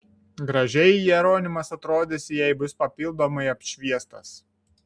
gražiai jeronimas atrodys jei bus papildomai apšviestas